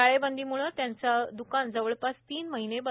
टाळेबंदीमुळे त्यांचं दुकान जवळपास तीन महिने बंद होतं